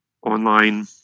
online